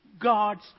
God's